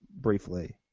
briefly